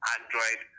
Android